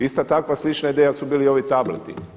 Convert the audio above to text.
Ista takva slična ideja su bili i ovi tableti.